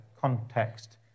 context